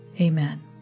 Amen